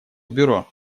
бюро